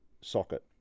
socket